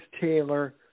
taylor